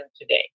today